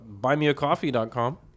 BuyMeACoffee.com